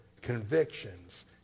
convictions